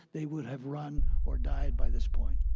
they would have run or died by this point.